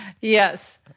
Yes